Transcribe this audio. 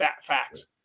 Facts